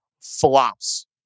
flops